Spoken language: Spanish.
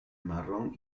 marrón